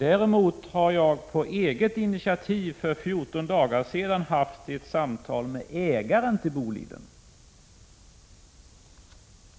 Jag har faktiskt på eget initiativ för fjorton dagar sedan haft ett samtal med ägaren till Boliden.